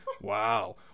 Wow